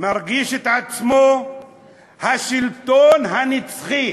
מרגיש את עצמו השלטון הנצחי,